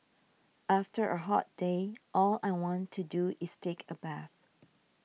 after a hot day all I want to do is take a bath